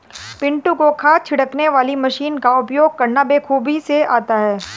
पिंटू को खाद छिड़कने वाली मशीन का उपयोग करना बेखूबी से आता है